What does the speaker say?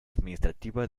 administrativa